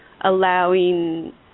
allowing